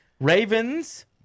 Ravens